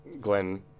Glenn